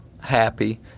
happy